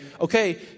okay